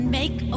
make